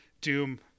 doom